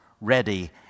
ready